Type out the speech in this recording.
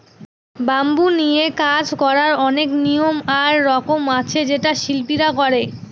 bamboo নিয়ে কাজ করার অনেক নিয়ম আর রকম আছে যেটা শিল্পীরা করে